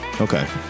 Okay